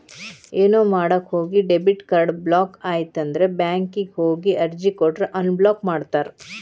ಏನೋ ಮಾಡಕ ಹೋಗಿ ಡೆಬಿಟ್ ಕಾರ್ಡ್ ಬ್ಲಾಕ್ ಆಯ್ತಂದ್ರ ಬ್ಯಾಂಕಿಗ್ ಹೋಗಿ ಅರ್ಜಿ ಕೊಟ್ರ ಅನ್ಬ್ಲಾಕ್ ಮಾಡ್ತಾರಾ